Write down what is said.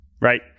right